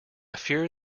fear